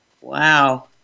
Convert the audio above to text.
Wow